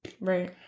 Right